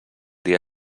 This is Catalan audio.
dia